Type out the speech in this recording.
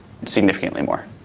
significantly more.